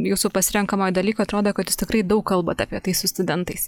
jūsų pasirenkamojo dalyko atrodo kad jūs tikrai daug kalbat apie tai su studentais